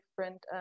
different